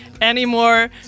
anymore